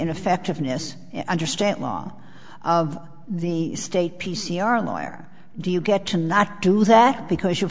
ineffectiveness understand law of the state p c r lawyer do you get to not do that because you